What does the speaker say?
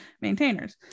maintainers